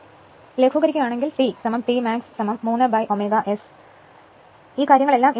ലഘൂകരിച്ചാൽ T T max 3ω S ഈ കാര്യങ്ങൾ എല്ലാം എന്നു ലഭിക്കും